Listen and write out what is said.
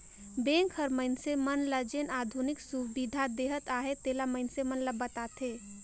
bank हर मइनसे मन ल जेन आधुनिक सुबिधा देहत अहे तेला मइनसे मन ल बताथे